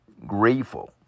Grateful